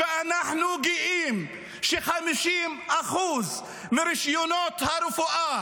ואנחנו גאים ש-50% מרישיונות הרפואה